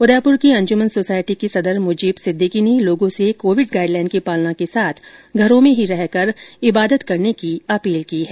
उदयपुर की अंजुमन सोसायटी के सदर मुजीब सिद्दीकी ने लोगों से कोविड गाइड लाईन की पालना के साथ घरों में ही रहे कर इबादत करने की अपील की है